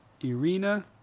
Irina